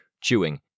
chewing